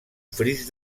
fris